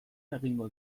eragingo